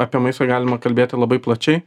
apie maistą galima kalbėti labai plačiai